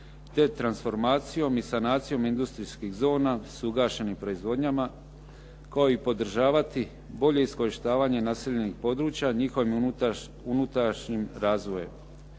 te transformacijom i sanacijom industrijskih zona s ugašenim proizvodnjama kao i podržavati bolje iskorištavanje naseljenih područja njihovim unutrašnjim razvojem.